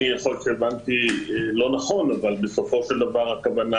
יכול להיות שהבנתי לא נכון אבל בסופו של דבר הכוונה